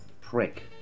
prick